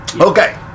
Okay